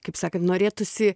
kaip sakant norėtųsi